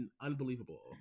unbelievable